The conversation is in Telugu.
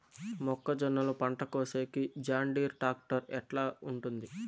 మొక్కజొన్నలు పంట కోసేకి జాన్డీర్ టాక్టర్ ఎట్లా ఉంటుంది?